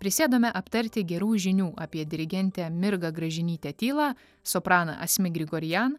prisėdome aptarti gerų žinių apie dirigentę mirgą gražinytę tylą sopraną asmik grigorian